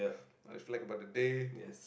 I reflect about the day